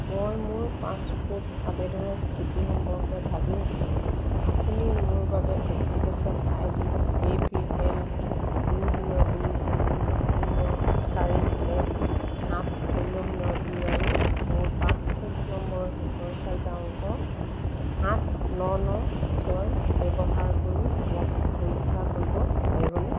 মই মোৰ পাছপোৰ্ট আবেদনৰ স্থিতি সম্পৰ্কে ভাবি আছোঁ আপুনি মোৰ বাবে application ID A P L দুই শূন্য় দুই তিনি শূন্য় চাৰি এক সাত শূন্য় শূন্য় দুই আৰু মোৰ পাছপোৰ্ট নম্বৰৰ শেষৰ চাৰিটা অংক সাত ন ন ছয় ব্য়ৱহাৰ কৰি ইয়াক পৰীক্ষা কৰিব পাৰিবনে